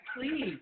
please